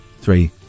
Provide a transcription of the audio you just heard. three